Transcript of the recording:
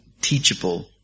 teachable